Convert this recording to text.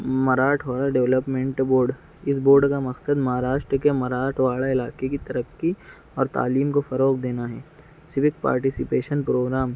مراٹھ واڑا development board اس board کا مقصد مہاراشٹر کے مراٹھ واڑے علاقے کی ترقی اور تعلیم کو فروغ دینا ہے سوک پارٹیسپیشن پروگرام